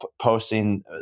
posting